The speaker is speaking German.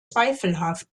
zweifelhaft